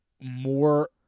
more